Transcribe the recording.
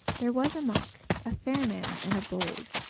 there was a monk, a fair man and a bold,